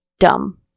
Dumb